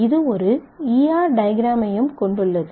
இது ஒரு ER டயக்ராமையும் கொண்டுள்ளது